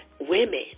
women